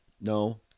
No